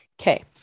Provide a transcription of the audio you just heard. Okay